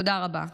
תודה רבה.